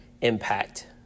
impact